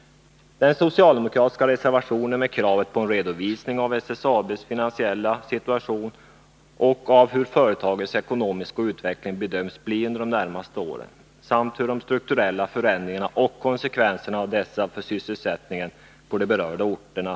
I den socialdemokratiska reservationen ställs krav på en redovisning av SSAB:s finansiella situation och av hur företagets ekonomiska utveckling bedöms bli under de närmaste åren samt av de strukturella förändringarna och konsekvenserna av dessa för sysselsättningen på de berörda orterna.